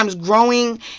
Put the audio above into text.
growing